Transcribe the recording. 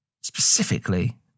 specifically